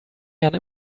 jahren